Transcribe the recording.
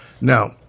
Now